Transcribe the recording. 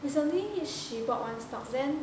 recently she bought one stocks then